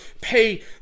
pay